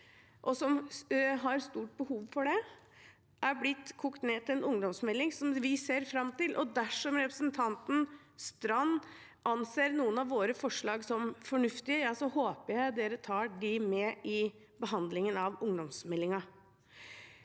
og som har stort behov for det, er blitt kokt ned til en ungdomsmelding, som vi ser fram til. Dersom representanten Strand anser noen av våre forslag som fornuftige, håper jeg de blir tatt med i behandlingen av ungdomsmeldingen.